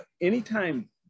anytime